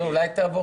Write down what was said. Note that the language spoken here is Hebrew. ואחת,